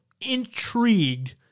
intrigued